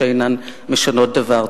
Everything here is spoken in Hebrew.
אשר אינן משנות דבר.